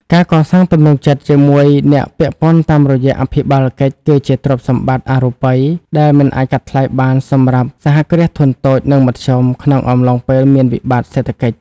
ការកសាងទំនុកចិត្តជាមួយអ្នកពាក់ព័ន្ធតាមរយៈអភិបាលកិច្ច គឺជាទ្រព្យសម្បត្តិអរូបីដែលមិនអាចកាត់ថ្លៃបានសម្រាប់ សហគ្រាសធុនតូច និងមធ្យម ក្នុងកំឡុងពេលមានវិបត្តិសេដ្ឋកិច្ច។